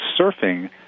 surfing